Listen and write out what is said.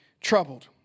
troubled